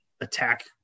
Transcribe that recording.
attack